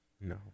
No